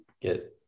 get